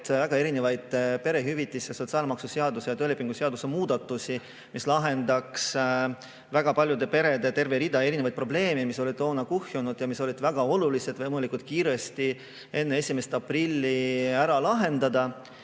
väga erinevaid perehüvitiste seaduse, sotsiaalmaksuseaduse ja töölepingu seaduse muudatusi, mis lahendanuks väga paljude perede jaoks terve rea erinevaid probleeme, mis olid kuhjunud ja mis oli väga oluline võimalikult kiiresti enne 1. aprilli ära lahendada.